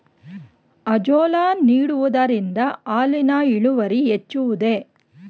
Azolla ನೀಡುವುದರಿಂದ ಹಾಲಿನ ಇಳುವರಿ ಹೆಚ್ಚುವುದೇ?